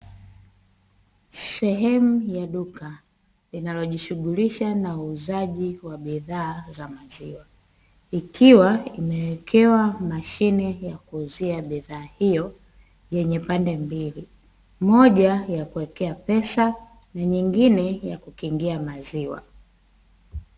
Sehemu ya duka, linalojishughulisha na uuzaji wa bidhaa za maziwa, ikiwa imewekewa mashine ya kuuzia bidhaa hiyo, yenye pande mbili moja ya kuwekea pesa, na nyingine ya kukingia maziwa.